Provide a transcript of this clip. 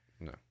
No